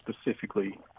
specifically